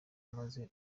maze